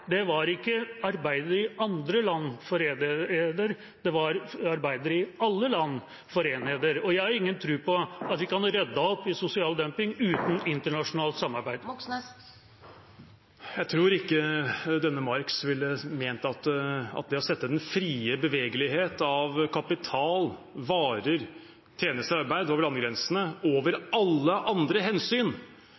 sa, var ikke: Arbeidere i andre land, foren eder. Det var: Arbeidere i alle land, foren eder! Jeg har ingen tro på at vi kan rydde opp i sosial dumping uten internasjonalt samarbeid. Jeg tror ikke denne Marx ville ment at det å sette den frie bevegelighet av kapital, varer, tjenester og arbeid over landegrensene over